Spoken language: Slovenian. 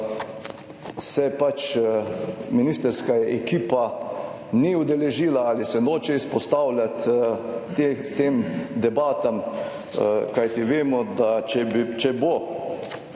se pač ministrska ekipa ni udeležila ali se noče izpostavljati tem debatam, kajti vemo, da če bo